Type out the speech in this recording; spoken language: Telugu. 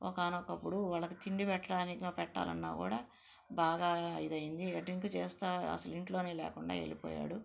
ఒకానొక్కప్పుడు వాళ్ళకి తిండి పెట్టడానికి పెట్టాలన్నా బాగా ఇది అయ్యింది డ్రింక్ చేస్తూ అస్సలు ఇంట్లోనే లేకుండా వెళ్ళిపోయాడు